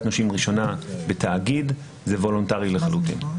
נושים ראשונה בתאגיד זה וולונטרי לחלוטין.